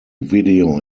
video